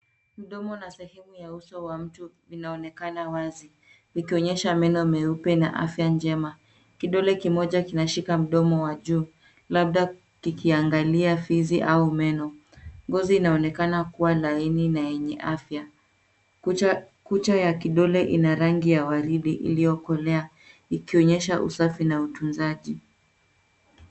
Mdomo una sehemu ya uso wa mtu vinaonekana wazi vikionyesha meno meupe na afya njema. Kidole kimoja kinashika mdomo wa juu labda kikiangalia fizi au meno. Ngozi inaonekana kuwa laini na yenye afya. Kucha ya kidole ina rangi ya waridi iliyokolea ikionyesha usafi na utunzaji.